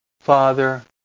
father